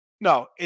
No